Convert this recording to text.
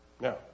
Now